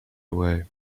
away